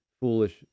foolish